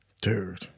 dude